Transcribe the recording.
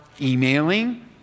emailing